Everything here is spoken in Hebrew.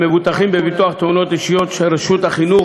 המבוטחים בביטוח תאונות אישיות שרשות החינוך